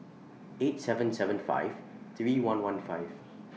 eight seven seven five three one one five